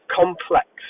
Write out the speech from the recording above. complex